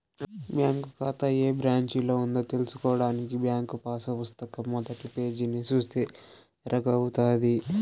bank కాతా ఏ బ్రాంచిలో ఉందో తెల్సుకోడానికి బ్యాంకు పాసు పుస్తకం మొదటి పేజీని సూస్తే ఎరకవుతది